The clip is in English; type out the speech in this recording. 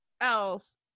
else